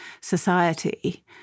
society